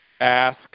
ask